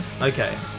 Okay